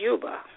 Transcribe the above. Juba